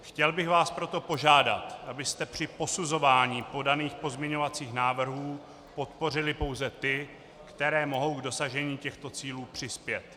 Chtěl bych vás proto požádat, abyste při posuzování podaných pozměňovacích návrhů podpořili pouze ty, které mohou k dosažení těchto cílů přispět.